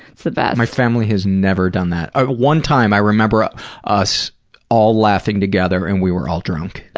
it's the best. my family has never done that. ah one time i remember ah us all laughing together and we were all drunk.